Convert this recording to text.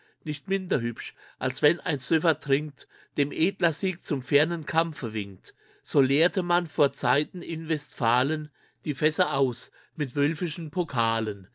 nicht minder hübsch als wenn ein söffer trinkt dem edler sieg zum feinen kampfe winkt so leerte man vorzeiten in westphalen die fässer aus mit wölfischen